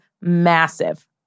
massive